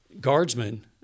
guardsmen